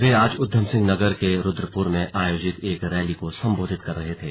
वे आज उधमसिंह नगर के रुद्रपुर में आयोजित एक रैली को संबोधित कर रहे थे